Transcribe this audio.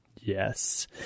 Yes